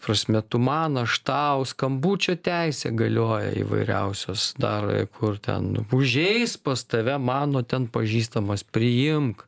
prasme tu man aš tau skambučio teisė galioja įvairiausios dar kur ten užeis pas tave mano ten pažįstamas priimk